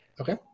Okay